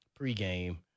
pregame